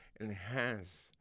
enhance